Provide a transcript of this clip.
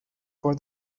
for